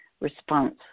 response